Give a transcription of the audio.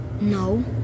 No